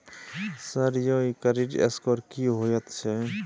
Sir यौ इ credit score की होयत छै?